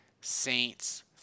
Saints